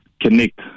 connect